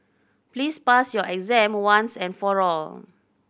please pass your exam once and for all